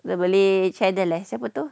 the malay channel lah siapa tu